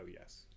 yes